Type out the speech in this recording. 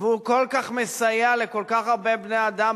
והוא כל כך מסייע לכל כך הרבה בני-אדם,